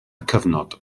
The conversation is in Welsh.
cyfnod